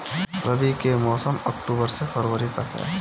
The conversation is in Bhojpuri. रबी के मौसम अक्टूबर से फ़रवरी तक ह